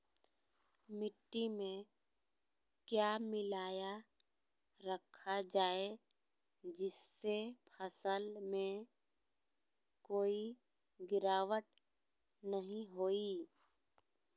मिट्टी में क्या मिलाया रखा जाए जिससे फसल में कोई गिरावट नहीं होई?